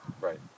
right